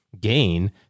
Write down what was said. gain